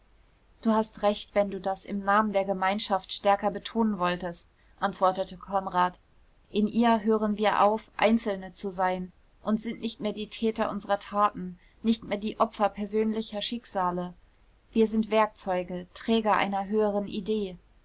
du hast recht wenn du das im namen der gemeinschaft stärker betonen wolltest antwortete konrad in ihr hören wir auf einzelne zu sein sind nicht mehr die täter unserer taten nicht mehr die opfer persönlicher schicksale wir sind werkzeuge träger einer höheren idee